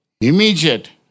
immediate